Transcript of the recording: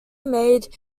made